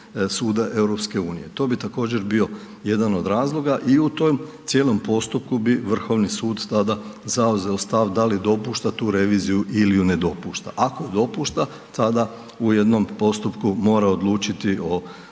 Suda EU. To bi također bio jedan od razloga i u tom cijelom postupku bi Vrhovni sud tada zauzeo stav da li dopušta tu reviziju ili ju ne dopušta. Ako dopušta tada u jednom postupku mora odlučiti o